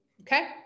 okay